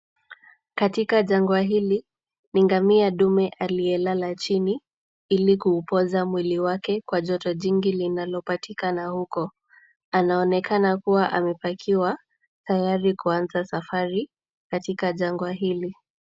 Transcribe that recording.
Katika jangwa hili, ni ngamia dume aliyelala chini ili kuupoza mwili wake kwa joto jingi linalopatikana huko. Anaonekana kuwa amepakiwa tayari kuanza safari katika jangwa hili.